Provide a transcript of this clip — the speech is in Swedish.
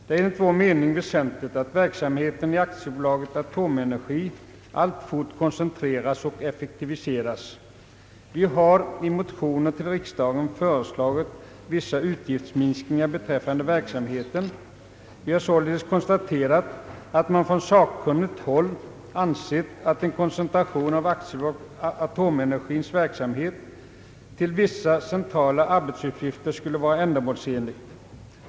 Det är enligt vår mening väsentligt att verksamheten inom AB Atomenergi alltfort koncentreras och effektiviseras. Vi har i motioner till årets riksdag föreslagit vissa utgiftsminskningar när det gäller verksamheten. Vi har konstaterat att man från sakkunnigt håll ansett att en koncentration av AB Atomenergis verksamhet till vissa centrala arbetsuppgifter skulle vara ändamålsenlig.